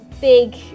big